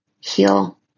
heal